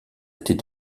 était